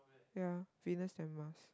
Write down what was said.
ya Venus and Mars